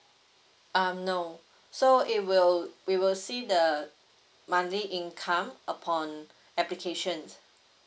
um no so it will we will see the uh monthly income upon um applications